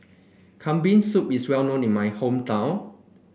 Kambing Soup is well known in my hometown